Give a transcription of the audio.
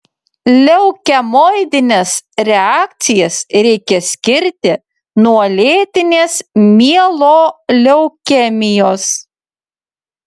leukemoidines reakcijas reikia skirti nuo lėtinės mieloleukemijos